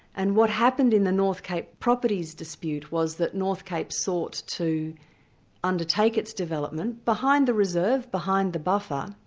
and what happened in the north cape properties dispute was that north cape sought to undertake its development, behind the reserve, behind the buffer,